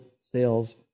sales